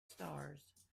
stars